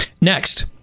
Next